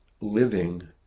living